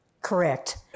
Correct